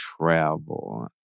travel